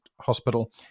Hospital